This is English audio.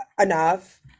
enough